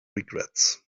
regrets